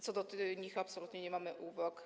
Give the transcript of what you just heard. Co do nich absolutnie nie mamy uwag.